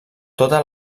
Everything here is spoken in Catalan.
tota